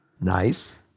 Nice